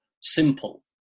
simple